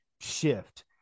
shift